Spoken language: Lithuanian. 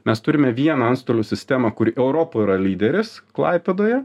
mes turime vieną antstolių sistemą kuri europoj yra lyderis klaipėdoje